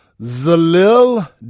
Zalil